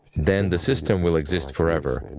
then the system will exist forever, and